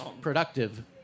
productive